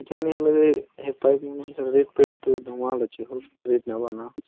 ଏଇଟା ନାଇଁ ହେଲେ ବି ହେଇପାଇବି ମୁଁ ରେଟ୍ଫେଟ୍ ଧମାଲ୍ ଅଛି ହୋ ରେଟ୍ ନବାର୍ ନା